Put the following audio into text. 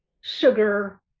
sugar